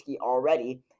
already